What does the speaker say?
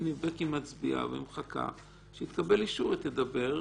בקי מצביעה ומחכה, כשהיא תקבל אישור, היא תדבר.